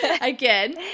Again